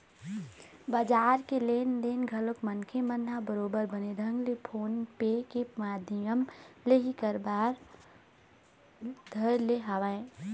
बजार के लेन देन घलोक मनखे मन ह बरोबर बने ढंग ले फोन पे के माधियम ले ही कर बर धर ले हवय